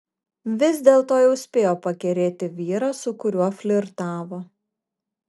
vis dėlto jau spėjo pakerėti vyrą su kuriuo flirtavo